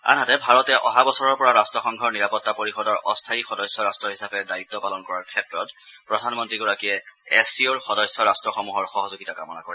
আনহাতে ভাৰতে অহা বছৰৰ পৰা ৰাট্টসংঘৰ নিৰাপত্তা পৰিষদৰ অস্থায়ী সদস্য ৰাট্ট হিচাপে দায়িত্ পালন কৰাৰ ক্ষেত্ৰত প্ৰধানমন্ত্ৰীগৰাকীয়ে এছ চি অৰ সদস্য ৰাষ্ট্ৰসমূহৰ সহযোগিতা কামনা কৰে